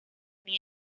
niña